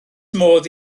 modd